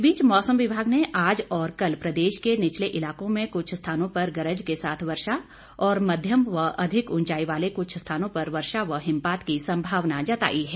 इस बीच मौसम विभाग ने आज और कल प्रदेश के निचले इलाकों में कुछ स्थानों पर गरज के साथ वर्षा और मध्यम व उंचाई वाले कुछ स्थानों पर वर्षा व हिमपात की सम्भावना जताई है